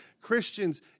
Christians